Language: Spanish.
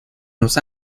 los